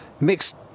mixed